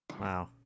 Wow